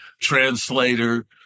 translator